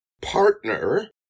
partner